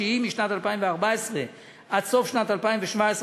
שהיא משנת 2014 עד סוף שנת 2017,